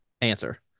answer